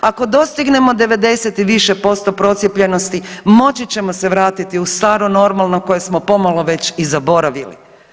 Ako dostignemo 90 i više posto procijepljenosti moći ćemo se vratiti u staro normalno koje smo pomalo već i zaboravili.